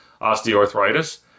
osteoarthritis